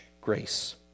grace